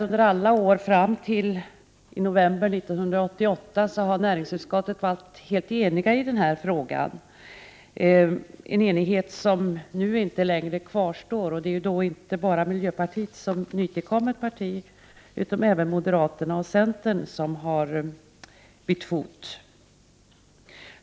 Under alla år och fram till november 1988 har näringsutskottet varit helt enigt i denna fråga. Det är en enighet som nu inte längre kvarstår. Det beror inte bara på miljöpartiet som är ett nytillkommet parti, utan moderaterna och centerpartiet har bytt fot.